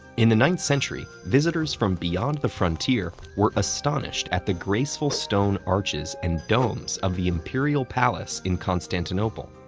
in the ninth century, visitors from beyond the frontier were astonished at the graceful stone arches and domes of the imperial palace in constantinople.